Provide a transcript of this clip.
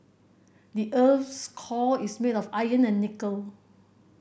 the earth's core is made of iron and nickel